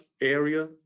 area